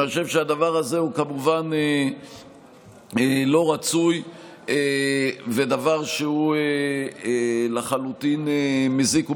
ואני חושב שהדבר הזה הוא כמובן לא רצוי ודבר שהוא לחלוטין מזיק ומיותר,